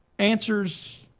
Answers